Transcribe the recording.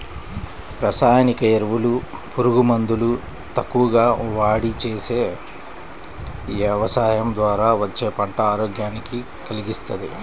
రసాయనిక ఎరువులు, పురుగు మందులు తక్కువగా వాడి చేసే యవసాయం ద్వారా వచ్చే పంట ఆరోగ్యాన్ని కల్గిస్తది